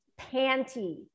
panty